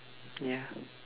ya